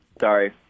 Sorry